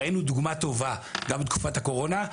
ראינו דוגמה טובה גם בתקופת הקורונה,